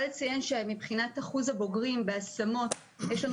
מבחינת אחוז הבוגרים בהשמות יש לנו